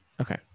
Okay